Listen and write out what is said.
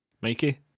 Mikey